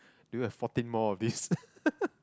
we need like fourteen more of this